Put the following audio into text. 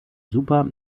super